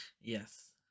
Yes